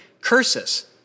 curses